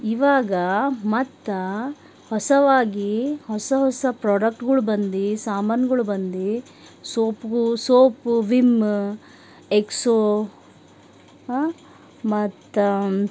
ಇವಾಗ ಮತ್ತು ಹೊಸದಾಗಿ ಹೊಸ ಹೊಸ ಪ್ರೊಡಕ್ಟ್ಗಳು ಬಂದು ಸಾಮಾನ್ಗಳು ಬಂದು ಸೋಪು ಸೋಪು ವಿಮ್ ಎಕ್ಸೋ ಮತ್ತು